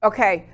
Okay